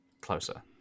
closer